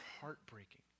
heartbreaking